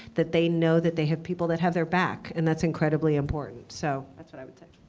that they know that they have people that have their back. and that's incredibly important. so that's what i would say.